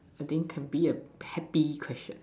I think can be a happy question